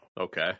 Okay